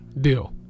Deal